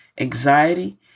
anxiety